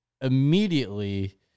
immediately